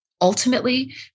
Ultimately